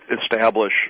establish